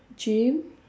gym